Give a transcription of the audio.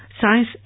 Science